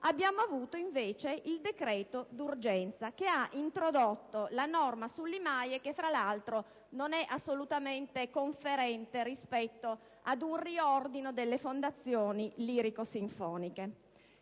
è stato emanato il decreto d'urgenza che ha introdotto la norma sull'IMAIE che, tra l'altro, non è assolutamente conferente rispetto ad un riordino delle fondazioni lirico-sinfoniche.